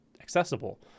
accessible